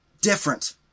different